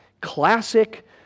classic